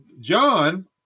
John